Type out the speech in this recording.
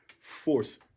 force